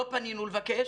לא פנינו לבקש